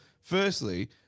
firstly